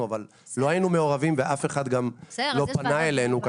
אבל לא היינו מעורבים ואף אחד גם לא פנה אלינו.